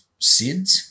SIDS